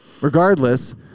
Regardless